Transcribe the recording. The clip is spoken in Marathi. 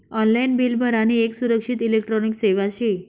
ऑनलाईन बिल भरानी येक सुरक्षित इलेक्ट्रॉनिक सेवा शे